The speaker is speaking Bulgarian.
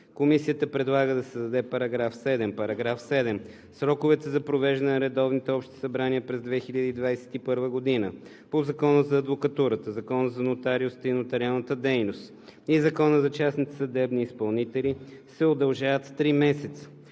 Комисията предлага да се създаде § 7: „§ 7. Сроковете за провеждане на редовните общи събрания през 2021 г. по Закона за адвокатурата, Закона за нотариусите и нотариалната дейност и Закона за частните съдебни изпълнители се удължават с три месеца.“